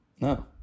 no